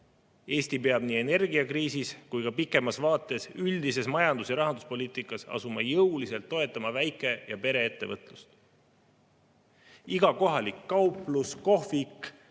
Eesti peab nii energiakriisis kui ka pikemas vaates, üldises majandus‑ ja rahanduspoliitikas asuma jõuliselt toetama väike‑ ja pereettevõtlust. Iga kohalik kauplus, kohvik,